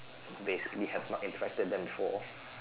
basically have not impacted them before